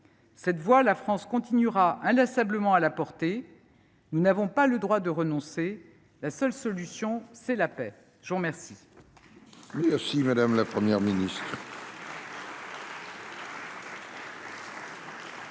Cette voix, la France continuera inlassablement de la porter. Nous n’avons pas le droit de renoncer. La seule solution, c’est la paix. Acte